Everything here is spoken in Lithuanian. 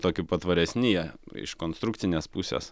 toki patvaresni jie iš konstrukcinės pusės